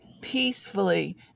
peacefully